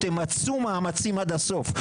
תמצו מאמצים עד הסוף,